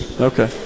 Okay